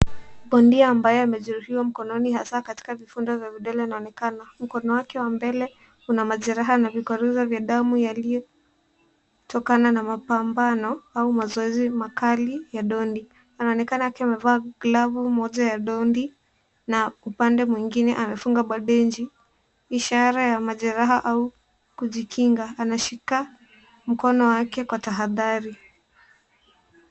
Bondia ambaye amejeruhiwa mkononi hasaa katika vifundo vya vidole anaonekana. Mkono wake wa mbele kuna majeraha na vikwaruzo vya damu yaliyotokana na mapambano au mazoezi makali ya dondi. Anaonekana akiwa amevaa glavu moja ya dondi, na upande mwingine amefunga bandeji, ishara ya majeraha au kujikinga. Anashika mkono wake kwa tahadhari.